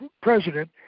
president